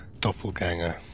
doppelganger